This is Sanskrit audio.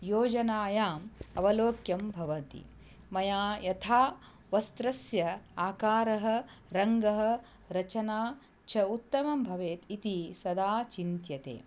योजनायाम् अवलोक्यं भवति मया यथा वस्त्रस्य आकारः रङ्गः रचना च उत्तमं भवेत् इति सदा चिन्त्यते